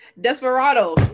Desperado